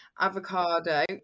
avocado